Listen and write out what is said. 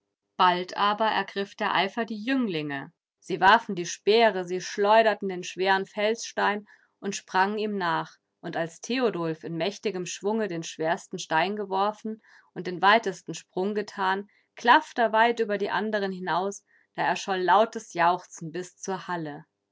bald aber ergriff der eifer die jünglinge sie warfen die speere sie schleuderten den schweren felsstein und sprangen ihm nach und als theodulf in mächtigem schwunge den schwersten stein geworfen und den weitesten sprung getan klafterweit über die anderen hinaus da erscholl lautes jauchzen bis zur halle